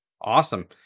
Awesome